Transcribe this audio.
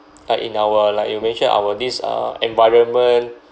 like in our like you mentioned our this uh environment